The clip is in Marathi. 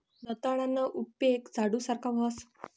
दंताळाना उपेग झाडू सारखा व्हस